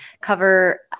cover